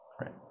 right